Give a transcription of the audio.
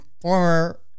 former